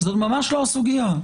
זו ממש לא הסוגיה.